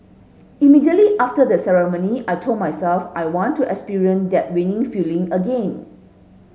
immediately after the ceremony I told myself I want to experience that winning feeling again